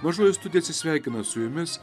mažoji studija atsisveikina su jumis